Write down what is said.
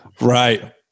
Right